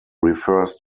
refers